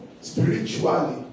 spiritually